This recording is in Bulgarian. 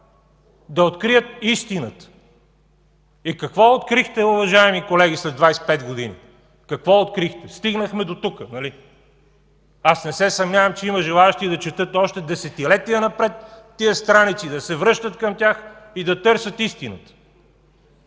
да открият истината. И какво открихте, уважаеми колеги, след 25 години? Какво открихте? Стигнахме до тук. Нали?! Аз не се съмнявам, че има желаещи да четат още десетилетия напред тези страници, да се връщат към тях и да търсят истината.